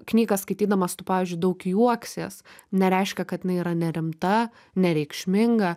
knygą skaitydamas tu pavyzdžiui daug juoksies nereiškia kad jinai yra nerimta nereikšminga